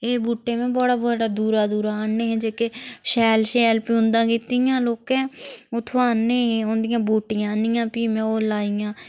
एह् बूहटे मै बड़े बड़े दूरा दूरा आह्ने हे जेह्के शैल शैल फ्ही उंदा कीती दियां हा लोकें उत्थु दा आह्ने हे उंदियां बूटियां आह्नियां फ्ही मै ओह् लाइयां